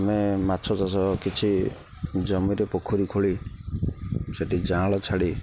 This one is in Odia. ଆମେ ମାଛ ଚାଷ କିଛି ଜମିରେ ପୋଖରୀ ଖୋଳି ସେଠି ଜାଁଳ ଛାଡ଼ି